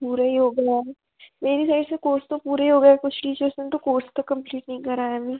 पूरा ही हो गया है मेरी सैड से कोर्स तो पूरे हो गएं कुछ टीचर्स ने तो कोर्स तक कंप्लीट नहीं करा है अभी